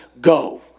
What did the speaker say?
go